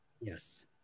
Yes